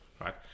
right